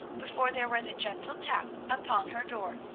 before there was a gentle tap upon her door,